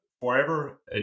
forever